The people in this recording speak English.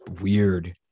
weird